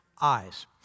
eyes